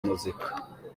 muzika